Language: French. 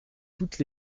toutes